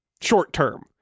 short-term